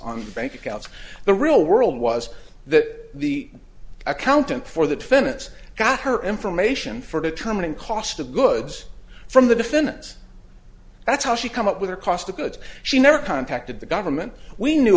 on bank accounts the real world was that the accountant for the defendants got her information for determining cost of goods from the defendants that's how she come up with her cost of goods she never contacted the government we knew